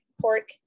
pork